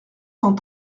cent